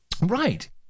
Right